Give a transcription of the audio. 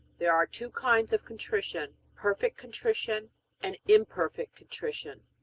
there are two kinds of contrition perfect contrition and imperfect contrition.